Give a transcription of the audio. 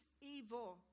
evil